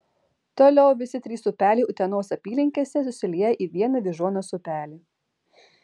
toliau visi trys upeliai utenos apylinkėse susilieja į vieną vyžuonos upelį